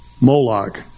Moloch